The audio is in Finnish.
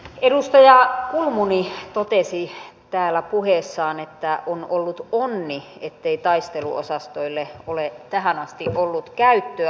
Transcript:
edustaja kulmuni totesi täällä puheessaan että on ollut onni ettei taisteluosastoille ole tähän asti ollut käyttöä